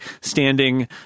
standing